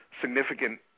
significant